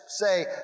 say